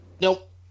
Nope